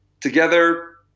together